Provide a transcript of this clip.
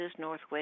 Northwest